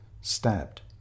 stabbed